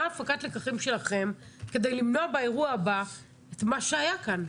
מה הפקת הלקחים שלכם כדי למנוע באירוע הבא את מה שהיה כאן?